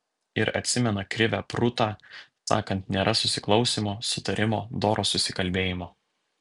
ir atsimena krivę prūtą sakant nėra susiklausymo sutarimo doro susikalbėjimo